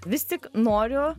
vis tik noriu